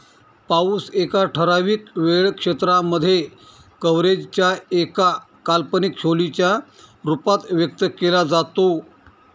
पाऊस एका ठराविक वेळ क्षेत्रांमध्ये, कव्हरेज च्या एका काल्पनिक खोलीच्या रूपात व्यक्त केला जातो